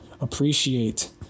appreciate